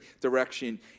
direction